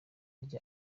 rya